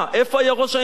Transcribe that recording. איפה היה ראש הממשלה?